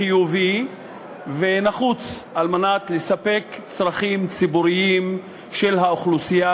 חיובי ונחוץ על מנת לספק צרכים ציבוריים של האוכלוסייה